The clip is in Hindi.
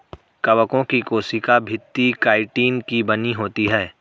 कवकों की कोशिका भित्ति काइटिन की बनी होती है